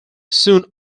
soon